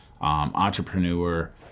entrepreneur